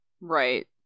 Right